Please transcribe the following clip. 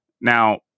Now